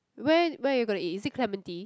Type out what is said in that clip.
where where you all gonna eat is it Clementi